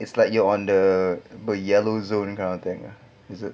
it's like you're on the the yellow zone kind of thing ah is it